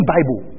Bible